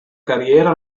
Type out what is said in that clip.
carriera